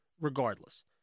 regardless